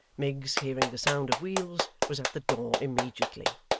miggs hearing the sound of wheels was at the door immediately.